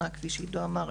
כפי שעידו אמר,